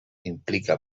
implica